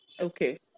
Okay